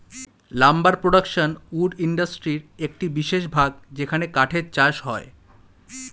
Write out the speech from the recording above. lumber production wood ইন্ডাস্ট্রির একটি বিশেষ ভাগ যেখানে কাঠের চাষ হয়